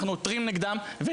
עותרים נגדם שוב ושוב,